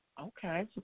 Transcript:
Okay